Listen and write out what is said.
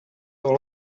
all